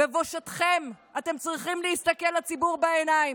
בבושתכם אתם צריכים להסתכל לציבור בעיניים,